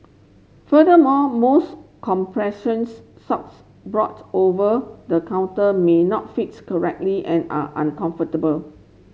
furthermore most compressions socks brought over the counter may not fits correctly and are uncomfortable